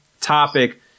topic